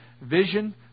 vision